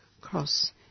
Cross